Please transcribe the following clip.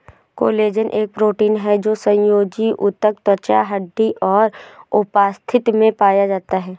collagen एक protein है जो संयोजी ऊतक, त्वचा, हड्डी और उपास्थि में पाया जाता है